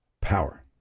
power